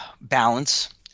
balance